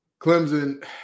Clemson